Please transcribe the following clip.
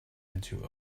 into